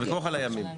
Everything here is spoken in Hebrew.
הוויכוח על הימים.